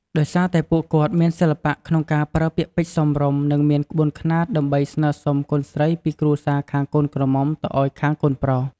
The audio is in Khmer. ដោយសារតែ ពួកគាត់មានសិល្បៈក្នុងការប្រើពាក្យពេចន៍សមរម្យ និងមានក្បួនខ្នាត ដើម្បីស្នើសុំកូនស្រីពីគ្រួសារខាងកូនក្រមុំទៅឱ្យខាងកូនប្រុស។